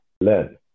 learn